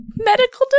Medical